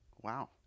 Wow